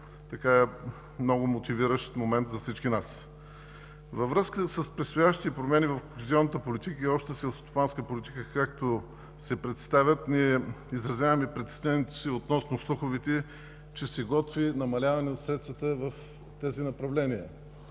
много мотивиращ момент за всички нас. Във връзка с предстоящите промени в кохезионната политика и Общата селскостопанската политика, както се представят, ние изразяваме притеснението си относно слуховете, че се готви намаляване на средствата в тези направления.